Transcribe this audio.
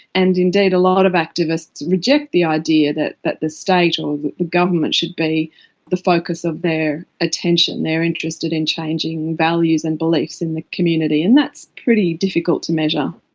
and indeed a lot of activists reject the idea that that the state or the government should be the focus of their attention. they are interested in changing values and beliefs in the community, and that's pretty difficult to measure.